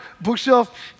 Bookshelf